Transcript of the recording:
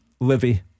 Livy